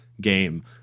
game